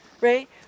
right